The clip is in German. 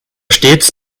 stets